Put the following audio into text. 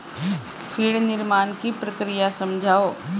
feed निर्माण की प्रक्रिया समझाओ